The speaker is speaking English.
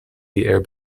air